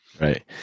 Right